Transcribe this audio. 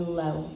low